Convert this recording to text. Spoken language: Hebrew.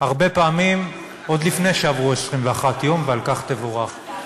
הרבה פעמים עוד לפני שעברו 21 יום, ועל כך תבורך.